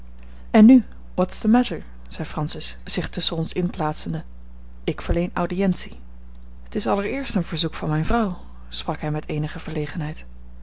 en nu what's the matter zei francis zich tusschen ons in plaatsende ik verleen audiëntie het is allereerst een verzoek van mijn vrouw sprak hij met eenige verlegenheid